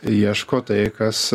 ieško tai kas